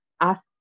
ask